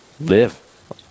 live